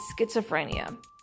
schizophrenia